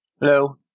Hello